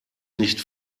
nicht